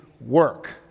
work